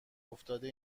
افتاده